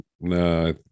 no